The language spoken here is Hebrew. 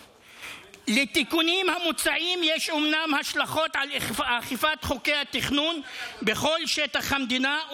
לתיקונים המוצעים יש אומנם השלכות על אכיפת חוקי התכנון בכל שטח המדינה,